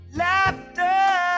laughter